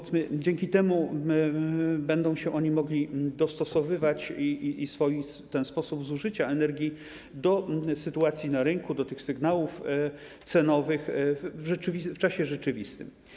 Dzięki temu będą oni mogli dostosowywać swój sposób zużycia energii do sytuacji na rynku, do tych sygnałów cenowych w czasie rzeczywistym.